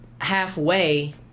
halfway